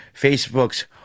Facebook's